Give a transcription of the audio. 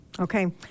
okay